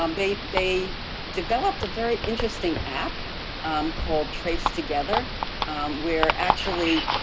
um they they developed a very interesting app called trace together where actually,